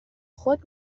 خود